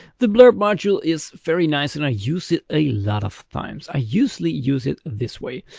the blurb module is very nice and i use it a lot of times. i usually use it this way.